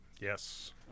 Yes